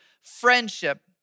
friendship